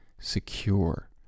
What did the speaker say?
secure